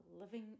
living